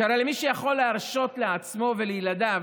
שהרי מי שיכול להרשות לעצמו ולילדיו,